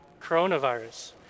coronavirus